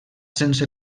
sense